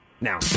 now